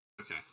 okay